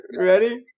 ready